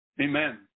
Amen